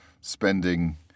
spending